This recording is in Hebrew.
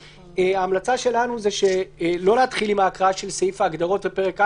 ההמלצה שלנו היא לא להתחיל עם ההקראה של סעיף ההגדרות ופרק א',